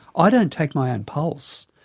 i don't take my own pulse,